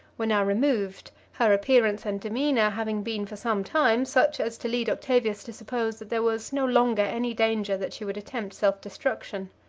were now removed, her appearance and demeanor having been for some time such as to lead octavius to suppose that there was no longer any danger that she would attempt self-destruction.